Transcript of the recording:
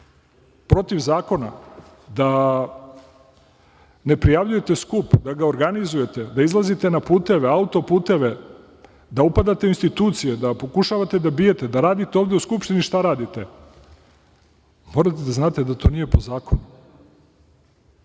protiv zakona, da ne prijavljujete skup, da ga organizujete, da izlazite na puteve, autoputeve, da upadate u institucije, da pokušavate da bijete, da radite ovde u Skupštini šta radite, morate da znate da to nije po zakonu